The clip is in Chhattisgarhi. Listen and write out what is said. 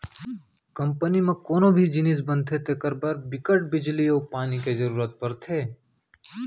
कंपनी म कोनो भी जिनिस बनथे तेखर बर बिकट बिजली अउ पानी के जरूरत परथे